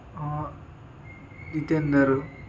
Jitender